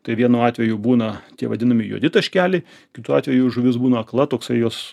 tai vienu atveju būna tie vadinami juodi taškeliai kitu atveju žuvis būna akla toksai jos